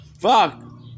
Fuck